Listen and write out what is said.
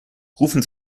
rufen